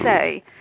say